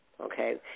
okay